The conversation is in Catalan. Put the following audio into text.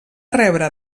rebre